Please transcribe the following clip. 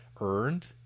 earned